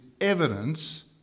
evidence